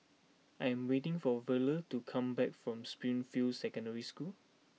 I am waiting for Verle to come back from Springfield Secondary School